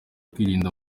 kwirinda